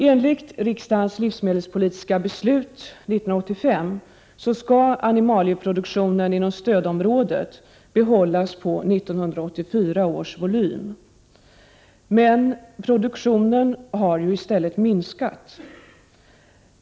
Enligt riksdagens livsmedelspolitiska beslut 1985 skall animalieproduktionen inom stödområdet behållas på 1984 års volym, men produktionen har i stället minskat.